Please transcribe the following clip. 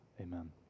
Amen